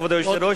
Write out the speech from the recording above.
כבוד היושב-ראש,